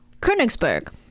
Königsberg